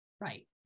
Right